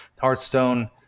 Hearthstone